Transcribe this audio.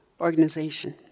Organization